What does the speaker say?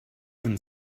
and